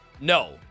No